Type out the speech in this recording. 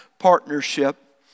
partnership